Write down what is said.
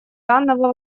данного